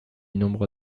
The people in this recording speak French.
nombre